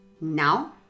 Now